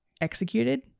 Executed